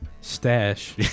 stash